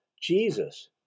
Jesus